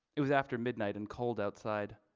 it was after midnight and cold outside.